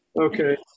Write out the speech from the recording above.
Okay